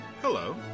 hello